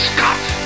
Scott